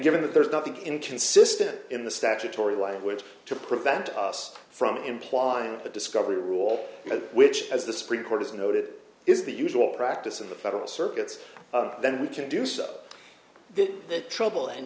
given that there is nothing inconsistent in the statutory language to prevent us from implying the discovery rule which has the supreme court is noted is the usual practice in the federal circuits then we can do so the trouble and